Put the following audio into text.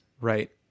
right